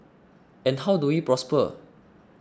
and how do we prosper